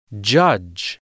Judge